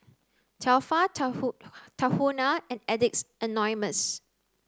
Tefal Tahuna and Addicts Anonymous